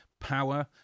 power